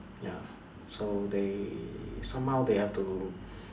ya so they somehow they have to